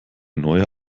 neue